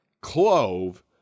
clove